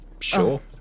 Sure